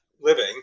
living